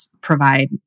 provide